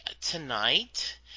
tonight